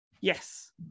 Yes